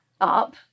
up